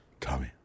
Tommy